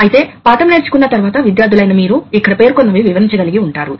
ఈ పాఠంలో మనం న్యూమాటిక్ సిస్టమ్స్ చూడటం కొనసాగిస్తాము